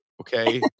okay